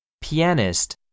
Pianist